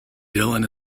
dylan